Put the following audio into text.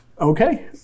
Okay